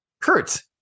Kurt